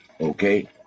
okay